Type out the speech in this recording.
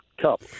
cup